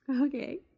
okay